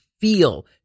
feel